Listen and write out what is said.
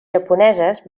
japoneses